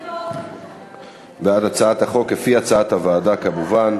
בעד הצעת החוק כהצעת הוועדה כמובן.